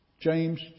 James